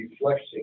flexing